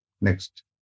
Next